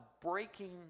breaking